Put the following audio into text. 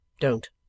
don't